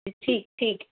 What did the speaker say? ठीक ठीक